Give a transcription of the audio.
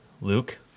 Luke